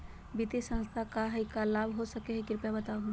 वित्तीय संस्था से का का लाभ हो सके हई कृपया बताहू?